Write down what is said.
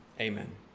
Amen